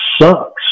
sucks